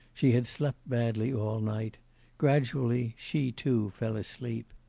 she had slept badly all night gradually she, too, fell asleep.